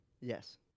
Yes